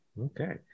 Okay